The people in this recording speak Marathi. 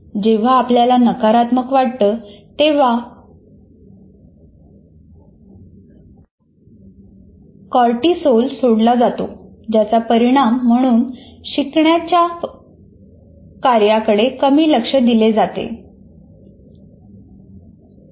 जेव्हा आपल्याला नकारात्मक वाटतं तेव्हा कॉर्टिसोल सोडला जातो ज्याचा परिणाम म्हणून शिकण्याच्या कार्याकडे कमी लक्ष दिले जाते